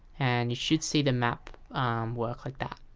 and you should see the map work like that.